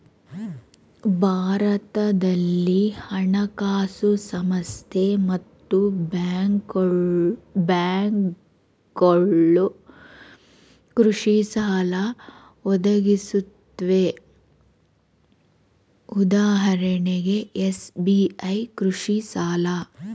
ಭಾರತದಲ್ಲಿ ಹಣಕಾಸು ಸಂಸ್ಥೆ ಮತ್ತು ಬ್ಯಾಂಕ್ಗಳು ಕೃಷಿಸಾಲ ಒದಗಿಸುತ್ವೆ ಉದಾಹರಣೆಗೆ ಎಸ್.ಬಿ.ಐ ಕೃಷಿಸಾಲ